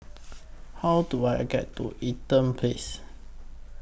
How Do I get to Eaton Place